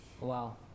Wow